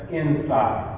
inside